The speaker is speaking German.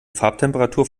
farbtemperatur